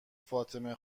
فاطمه